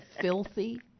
filthy